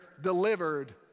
delivered